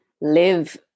live